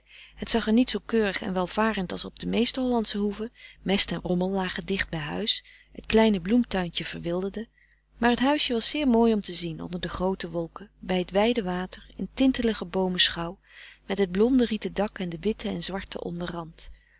het zag er niet zoo keurig en welvarend als op de meeste hollandsche hoeven mest en rommel lag dicht bij huis het kleine bloemtuintje verwilderde maar het huisje was zeer mooi om te zien onder de groote wolken bij het wijde water in tintelige boomenschauw met het blonde rieten dak en de witte en zwarte onderrand